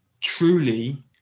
truly